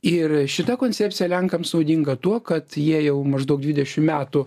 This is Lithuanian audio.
ir šita koncepcija lenkams naudinga tuo kad jie jau maždaug dvidešim metų